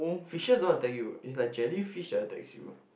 fishes not attack you it's like jellyfish attacks you